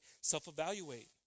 self-evaluate